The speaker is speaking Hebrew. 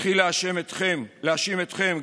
התחיל להאשים אתכם,